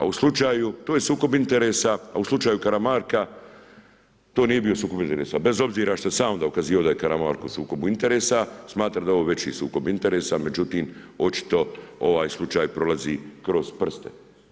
A u slučaju, to je sukob interesa, a u slučaju Karamarka to nije bio sukob interesa bez obzira što je sam dokazivao da je Karamarko u sukobu interesa smatra da je ovo veći sukob interesa, međutim očito ovaj slučaj prolazi kroz prste.